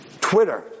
Twitter